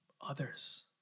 others